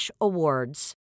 awards